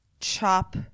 chop